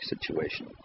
situation